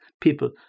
people